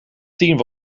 tien